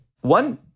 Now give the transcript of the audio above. One